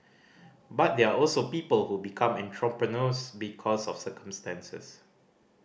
but there are also people who become entrepreneurs because of circumstances